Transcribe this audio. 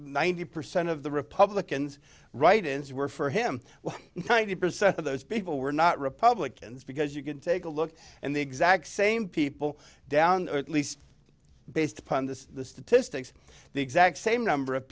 ninety percent of the republicans write ins were for him well kind of the percent of those people were not republicans because you can take a look and the exact same people down at least based upon the statistics the exact same number of